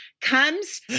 comes